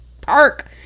park